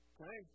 Okay